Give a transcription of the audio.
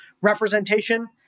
representation